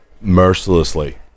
mercilessly